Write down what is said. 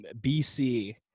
BC